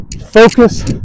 Focus